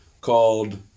called